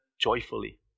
joyfully